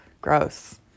Gross